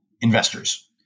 investors